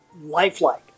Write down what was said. lifelike